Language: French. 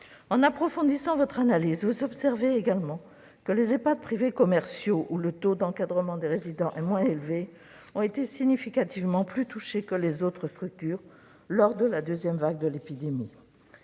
En approfondissant votre analyse, vous observez également que les Ehpad privés commerciaux, pour lesquels le taux d'encadrement des résidents est moins élevé, ont été significativement plus touchés que les autres structures lors de la deuxième vague de l'épidémie.